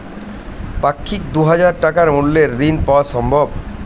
পাক্ষিক দুই হাজার টাকা মূল্যের ঋণ পাওয়া সম্ভব?